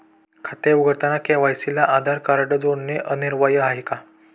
खाते उघडताना के.वाय.सी ला आधार कार्ड जोडणे अनिवार्य आहे का?